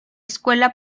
escuela